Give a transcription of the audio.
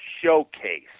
showcase